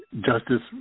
justice